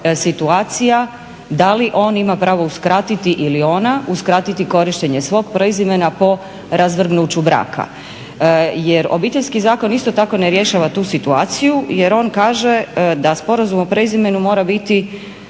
situacija da li on ima pravo uskratiti ili ona uskratiti korištenje svog prezimena po razvrgnuću braka. Jer Obiteljski zakon isto tako ne rješava tu situaciju, jer on kaže da sporazum o prezimenu mora biti